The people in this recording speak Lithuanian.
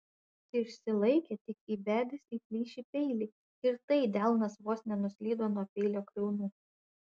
išsilaikė tik įbedęs į plyšį peilį ir tai delnas vos nenuslydo nuo peilio kriaunų